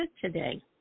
today